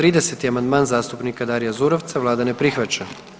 30. amandman zastupnika Darija Zurovca vlada ne prihvaća.